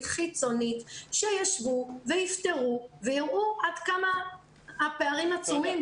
חיצונית שישבו ויפתרו ויראו עד כמה הפערים עצומים,